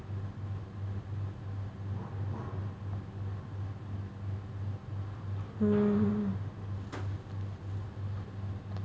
mm